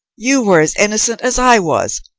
you were as innocent as i was.